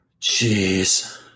Jeez